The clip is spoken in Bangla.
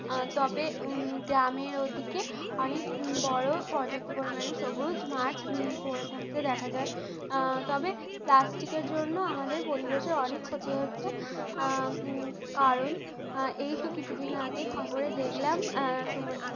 তবে গ্রামের ওদিকে অনেক বড়ো পর্যাপ্ত পরিমাণে সবুজ মাঠ পরে থাকতে দেখা যায় তবে প্লাস্টিকের জন্য আমাদের পরিবেশে অনেক ক্ষতি হচ্ছে কারণ এই তো কিছুদিন আগে খবরে দেখলাম সমু